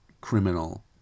criminal